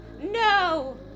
No